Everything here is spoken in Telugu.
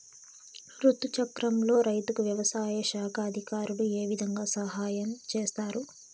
రుతు చక్రంలో రైతుకు వ్యవసాయ శాఖ అధికారులు ఏ విధంగా సహాయం చేస్తారు?